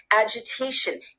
agitation